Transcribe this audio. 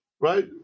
right